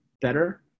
better